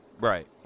Right